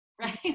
right